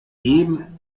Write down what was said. geben